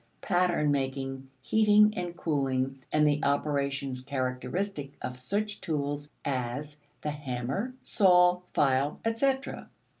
pattern-making, heating and cooling, and the operations characteristic of such tools as the hammer, saw, file, etc.